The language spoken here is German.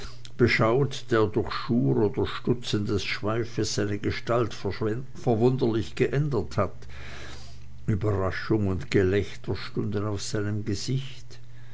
beschaut der durch schur und stutzen des schweifes seine gestalt verwunderlich geändert hat überraschung und gelächter stunden auf seinem gesicht